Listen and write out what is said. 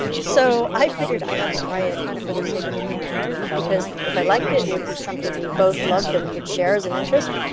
so i figured i had to try it kind of for the sake of my marriage, because if i liked it, it will be something we both love that we could share as an interest.